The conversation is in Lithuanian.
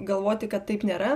galvoti kad taip nėra